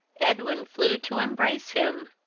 edwin flew to embrace him.